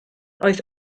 oedd